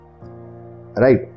right